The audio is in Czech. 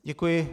Děkuji.